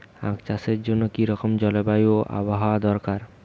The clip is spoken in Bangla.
আখ চাষের জন্য কি রকম জলবায়ু ও আবহাওয়া দরকার?